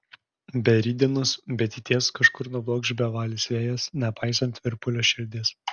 be rytdienos be ateities kažkur nublokš bevalis vėjas nepaisant virpulio širdies